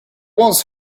was